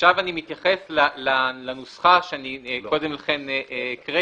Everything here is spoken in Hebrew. עכשיו אני מתייחס לנוסחה שאני קודם לכן הקראתי,